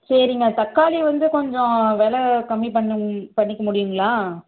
சரிங்க தக்காளி வந்து கொஞ்சம் வெலை கம்மி பண்ணி பண்ணிக்க முடியுங்களா